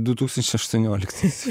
du tūkstančiai aštuonioliktais